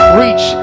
reach